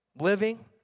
living